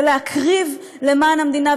ולהקריב למען המדינה,